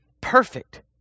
perfect